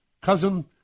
Cousin